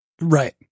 Right